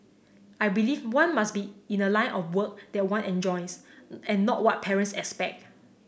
I believe one must be in a line of work that one enjoys and not what parents expect